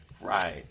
Right